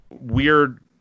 weird